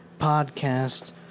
podcast